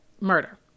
murder